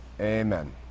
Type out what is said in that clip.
Amen